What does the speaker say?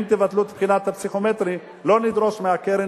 אם תבטלו את בחינת הפסיכומטרי לא נדרוש מהקרן,